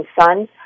son